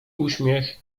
uśmiech